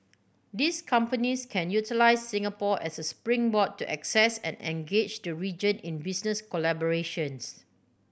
these companies can utilise Singapore as a springboard to access and engage the region in business collaborations